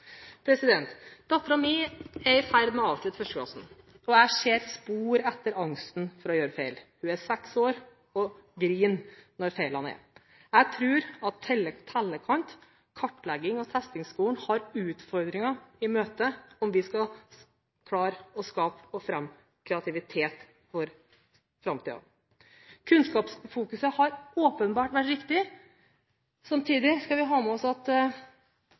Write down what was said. er i ferd med å avslutte 1. klasse, og jeg ser spor av angsten for å gjøre feil. Hun er seks år og gråter når feilene er der. Jeg tror tellekant-, kartleggings- og testingsskolen møter utfordringer om den skal klare å skape og fremme kreativitet for framtiden. Kunnskapsfokuseringen har åpenbart vært riktig. Samtidig skal vi ha med oss at